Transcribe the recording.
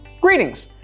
Greetings